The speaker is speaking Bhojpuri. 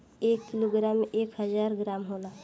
एक किलोग्राम में एक हजार ग्राम होला